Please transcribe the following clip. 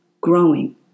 growing